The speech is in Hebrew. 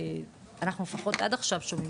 אנחנו לפחות עד עכשיו שומעים,